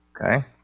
Okay